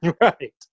right